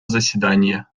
заседание